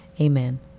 Amen